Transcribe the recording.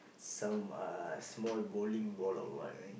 some uh small bowling ball or what